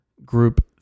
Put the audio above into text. group